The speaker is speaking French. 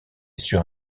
sur